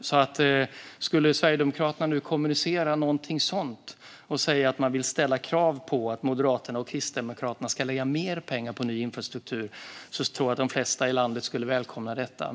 Skulle Sverigedemokraterna nu kommunicera någonting sådant och säga att de vill ställa krav på att Moderaterna och Kristdemokraterna ska lägga mer pengar på ny infrastruktur tror jag att de flesta i landet skulle välkomna detta.